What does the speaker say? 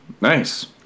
Nice